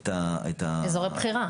את אזורי הבחירה.